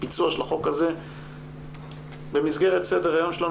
ביצוע החוק הזה במסגרת סדר היום שלנו